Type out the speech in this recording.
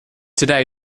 today